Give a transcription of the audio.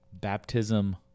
baptism